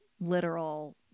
literal